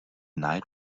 night